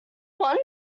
one